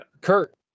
Kurt